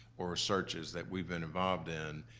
or searches that we've been involved in,